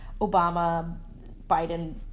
Obama-Biden